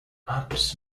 apps